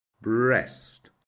Breast